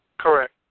Correct